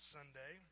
Sunday